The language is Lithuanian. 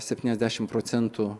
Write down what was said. septyniasdešimt procentų